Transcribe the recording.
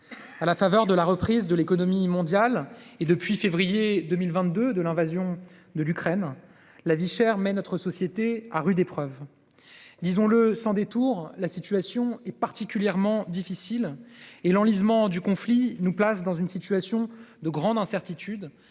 À la faveur de la reprise de l'économie mondiale et en raison, depuis février 2022, de l'invasion de l'Ukraine, la vie chère met notre société à rude épreuve. Disons-le sans détour : la situation est particulièrement difficile et l'enlisement du conflit nous place dans une situation de grande incertitude-